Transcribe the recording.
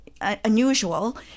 unusual